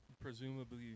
presumably